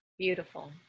Beautiful